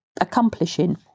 accomplishing